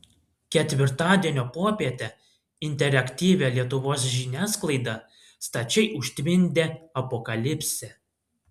ketvirtadienio popietę interaktyvią lietuvos žiniasklaidą stačiai užtvindė apokalipsė